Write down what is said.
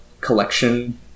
collection